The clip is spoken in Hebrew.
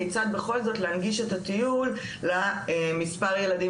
כיצד בכל זאת להנגיש את הטיול למספר ילדים